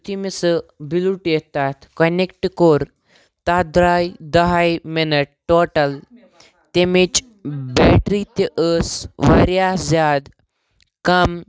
یُتھُے مےٚ سُہ بِلیوٗٹتھ تَتھ کَنیکٹ کوٚر تَتھ درٛاے دَہَے مِنَٹ ٹوٹَل تَمِچ بیٹرٛی تہِ ٲس واریاہ زیادٕ کَم